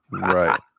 Right